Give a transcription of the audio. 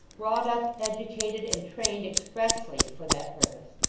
brought up, educated, and trained, expressly for that purpose.